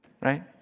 right